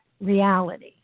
reality